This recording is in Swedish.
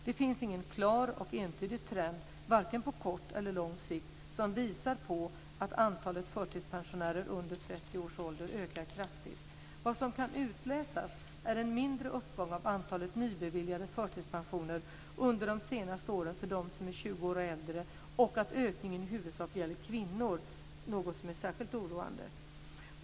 Det finns ingen klar och entydig trend, varken på kort eller lång sikt, som visar att antalet förtidspensionärer under 30 år ökar kraftigt. Vad som kan utläsas är en mindre uppgång av antalet nybeviljade förtidspensioner under de senaste åren för dem som är 20 år och äldre och att ökningen i huvudsak gäller kvinnor, något som är särskilt oroande.